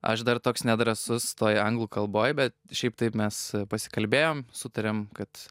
aš dar toks nedrąsus toj anglų kalboj bet šiaip taip mes pasikalbėjom sutarėm kad